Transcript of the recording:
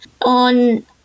On